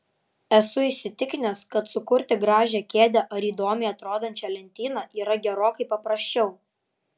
esu įsitikinęs kad sukurti gražią kėdę ar įdomiai atrodančią lentyną yra gerokai paprasčiau